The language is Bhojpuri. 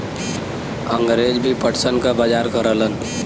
अंगरेज भी पटसन क बजार करलन